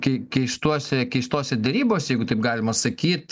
kei keistuose keistose derybose jeigu taip galima sakyt